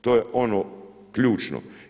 To je ono ključno.